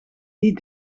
die